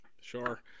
sure